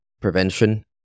prevention